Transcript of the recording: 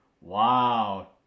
Wow